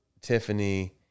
Tiffany